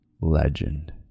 legend